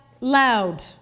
loud